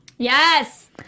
Yes